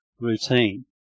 Routine